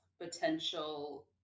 potential